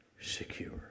secure